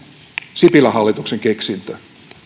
sipilän hallituksen keksintö